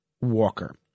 Walker